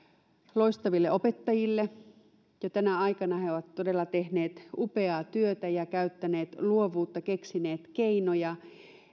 loistaville opettajille jo tänä aikana he ovat todella tehneet upeaa työtä ja käyttäneet luovuutta keksineet keinoja